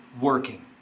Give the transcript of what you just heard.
working